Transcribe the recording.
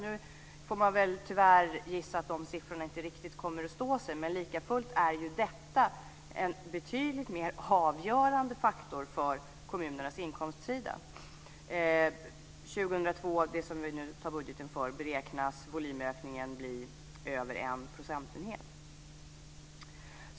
Nu får man väl tyvärr gissa att siffrorna i den inte kommer att stå sig, men likafullt är ju detta en betydligt mer avgörande faktor för kommunernas inkomster. År 2002, som vi nu antar budgeten för, beräknas volymökningen bli över en procentenhet.